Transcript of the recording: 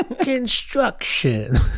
Construction